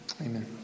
Amen